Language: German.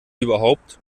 überhaupt